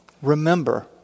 Remember